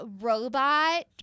robot